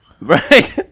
Right